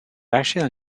actually